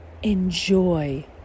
Enjoy